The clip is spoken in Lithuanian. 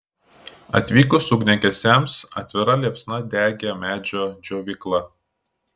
atvykus ugniagesiams atvira liepsna degė medžio džiovykla